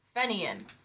Fenian